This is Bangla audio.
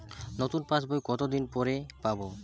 নতুন পাশ বই কত দিন পরে পাবো?